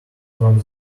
from